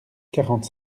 quarante